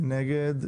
מי נגד?